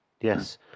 yes